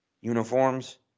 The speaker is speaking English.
uniforms